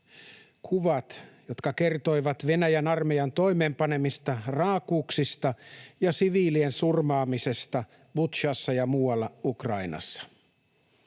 kuvat, jotka kertoivat Venäjän armeijan toimeenpanemista raakuuksista ja siviilien surmaamisesta Butšassa ja muualla Ukrainassa.